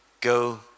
Go